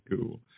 cool